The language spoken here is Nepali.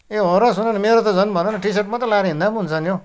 ए हो र सुन न मेरो त झन भन न टि सर्ट मात्र लगाएर हिँड्दा नि हुन्छ नि हो